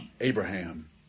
Abraham